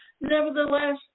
Nevertheless